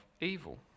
evil